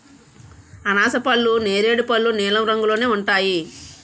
అనాసపళ్ళు నేరేడు పళ్ళు నీలం రంగులోనే ఉంటాయి